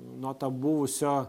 na to buvusio